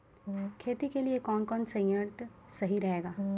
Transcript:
खेती के लिए कौन कौन संयंत्र सही रहेगा?